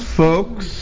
folks